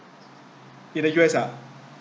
in the U_S ah